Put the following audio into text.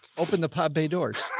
open the pod bay doors.